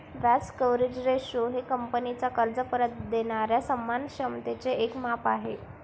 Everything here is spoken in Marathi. व्याज कव्हरेज रेशो हे कंपनीचा कर्ज परत देणाऱ्या सन्मान क्षमतेचे एक माप आहे